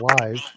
alive